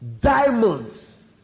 Diamonds